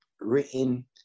written